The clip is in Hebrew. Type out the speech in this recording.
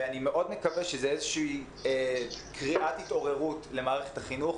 אני מקווה מאוד שזו קריאת התעוררות למערכת החינוך,